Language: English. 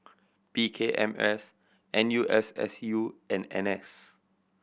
P K M S N U S S U and N S